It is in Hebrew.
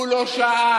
הוא לא שאל.